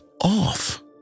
off